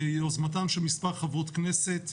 ביוזמתם של מספר חברות כנסת,